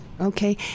okay